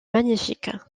magnifique